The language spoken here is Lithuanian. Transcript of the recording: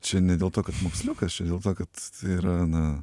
čia ne dėl to kad moksliukas čia dėl to kad yra na